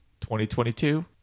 2022